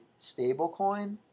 stablecoin